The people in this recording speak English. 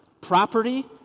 property